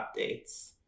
updates